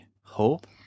Hope